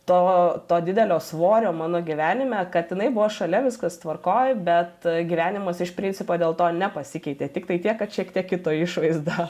to to didelio svorio mano gyvenime kad jinai buvo šalia viskas tvarkoj bet gyvenimas iš principo dėl to nepasikeitė tiktai tiek kad šiek tiek kito išvaizda